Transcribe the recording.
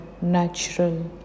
natural